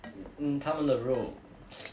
mm 他们的肉